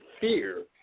fear